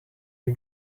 you